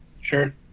sure